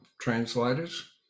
translators